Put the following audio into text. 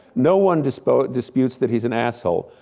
no one disputes disputes that he's an asshole,